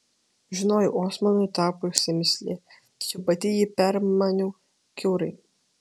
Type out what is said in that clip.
žinojau osmanui tapusi mįsle tačiau pati jį permaniau kiaurai